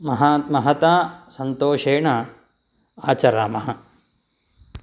महान् महता सन्तोषेण आचरामः